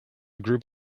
group